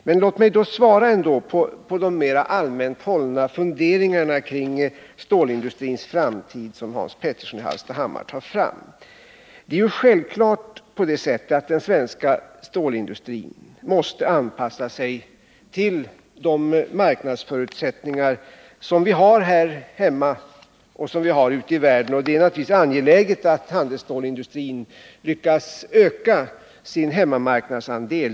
Men låt mig ändå ge vissa synpunkter på Hans Peterssons mera allmänt hållna funderingar kring stålindustrins framtid. Det är självklart att den svenska stålindustrin måste anpassa sig till de marknadsförutsättningar som vi har här hemma och ute i världen, och det är naturligtvis angeläget att handelsstålsindustrin lyckas öka sin hemmamarknadsandel.